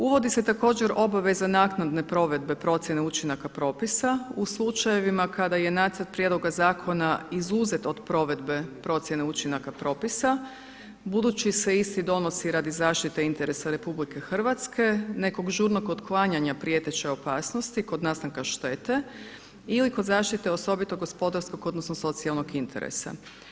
Uvodi se također obaveza naknade provedbe procjene učinaka propisa u slučajevima kada je nacrt prijedloga zakona izuzet od provedbe procjene učinaka propisa budući se isti donosi radi zaštite interesa RH, nekog žurnog otklanjanja prijeteće opasnosti kod nastanka štete ili kod zaštite osobito gospodarskog odnosno socijalnog interesa.